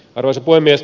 arvoisa puhemies